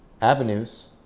avenues